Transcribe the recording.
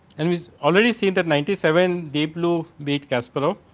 and this already seen that ninety seven deep blue beat kasparov.